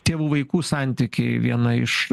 tėvų vaikų santykiai viena iš